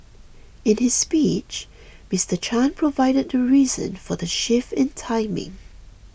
in his speech Mister Chan provided the reason for the shift in timing